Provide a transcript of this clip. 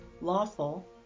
lawful